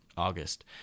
august